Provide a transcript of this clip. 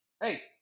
Hey